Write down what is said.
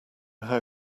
how